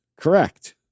Correct